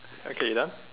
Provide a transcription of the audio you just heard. okay you done